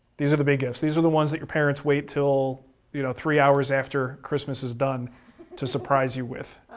these are the big gifts. these are the ones that your parents wait til you know three hours after christmas is done to surprise you with.